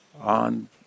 on